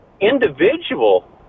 individual